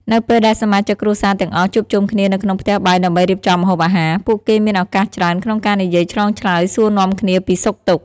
នៅពេលដែលសមាជិកគ្រួសារទាំងអស់ជួបជុំគ្នានៅក្នុងផ្ទះបាយដើម្បីរៀបចំម្ហូបអាហារ ពួកគេមានឱកាសច្រើនក្នុងការនិយាយឆ្លងឆ្លើយសួរនាំគ្នាពីសុខទុក្ខ ។